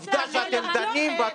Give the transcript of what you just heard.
תודה רבה.